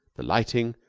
the lighting,